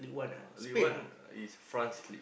league one is France league